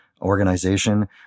organization